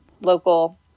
local